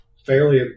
Fairly